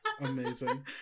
Amazing